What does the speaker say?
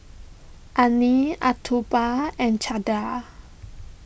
Anil and Chandra